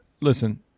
Listen